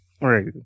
Right